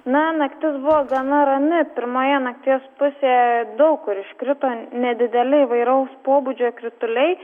na naktis buvo gana rami pirmoje nakties pusėje daug kur iškrito nedideli įvairaus pobūdžio krituliai